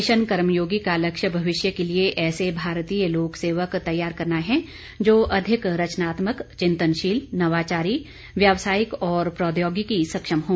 mission Karmayogi का लक्ष्य भविष्य के लिए ऐसे भारतीय लोक सेवक तैयार करना है जो अधिक रचनात्मक चिंतनशील नवाचारी व्यावसायिक और प्रौद्योगिकी सक्षम हों